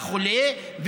לחולה,